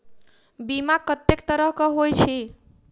बीमा कत्तेक तरह कऽ होइत छी?